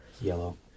Yellow